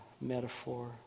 metaphor